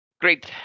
Great